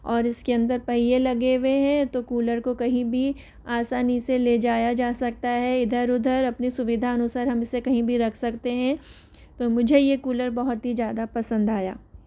और इसके अंदर पहिये लगे हुए हैं तो कूलर को कहीं भी आसानी से ले जाया जा सकता है इधर उधर अपनी सुविधा अनुसार हम इसे कहीं भी रख सकते हैं तो मुझे ये कूलर बहुत ही ज़्यादा पसंद आया